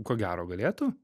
ko gero galėtų